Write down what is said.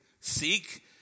Seek